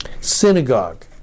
synagogue